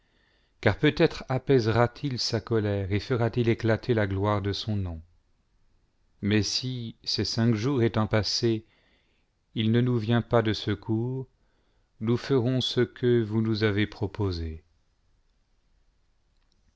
car peut-être apaisera-t-il sa colère et fera-t-il éclater la gloire de son nom mais si ces cinq jours étant passés il ne nous vient pas de secours nous ferons ce que vous nous avez proposé